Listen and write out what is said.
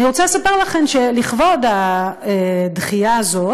אני רוצה לספר לכם שלכבוד הדחייה הזאת